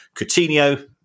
Coutinho